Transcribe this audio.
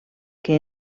que